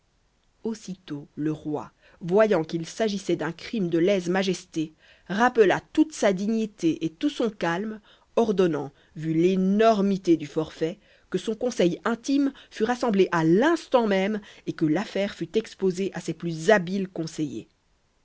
aussitôt le roi voyant qu'il s'agissait d'un crime de lèse-majesté rappela toute sa dignité et tout son calme ordonnant vu l'énormité du forfait que son conseil intime fût rassemblé à l'instant même et que l'affaire fût exposée à ses plus habiles conseillers